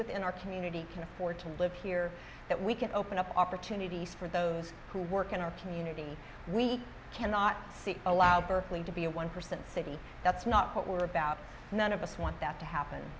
within our community can afford to live here that we can open up opportunities for those who work in our community we cannot see allowed to be a one percent city that's not what we're about none of us want that to happen